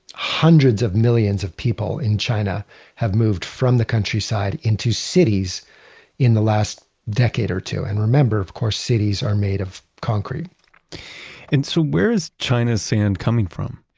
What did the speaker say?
hundreds of million of people in china have moved from the countryside into cities in the last decade or two. and remember, of course, cities are made of concrete and so where is china's sand coming from?